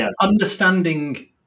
understanding